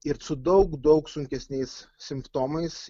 ir su daug daug sunkesniais simptomais